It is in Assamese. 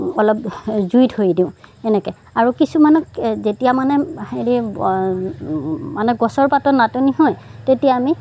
অলপ জুই ধৰি দিওঁ এনেকে আৰু কিছুমানক যেতিয়া মানে হেৰি মানে গছৰ পাতৰ নাটনি হয় তেতিয়া আমি